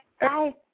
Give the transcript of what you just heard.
Bye